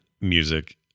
music